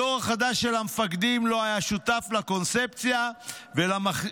הדור החדש של המפקדים לא היה שותף לקונספציה ולמחדל,